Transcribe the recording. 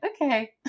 okay